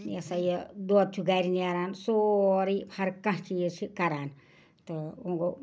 یہِ ہسا یہِ دۄد چھُ گَرِ نیران سورٕے ہر کانٛہہ چیٖز چھِ کران تہٕ وۄنۍ گوٚو